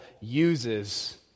uses